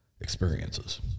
experiences